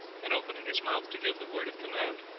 and opening his mouth to give the word of command,